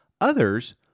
Others